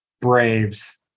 Braves